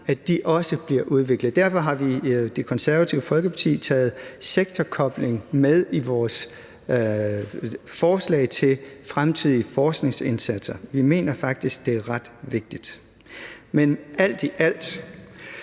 sammen, også bliver udviklet. Derfor har vi i Det Konservative Folkeparti taget sektorkobling med i vores forslag om fremtidige forskningsindsatser. Vi mener faktisk, det er ret vigtigt. Men alt i alt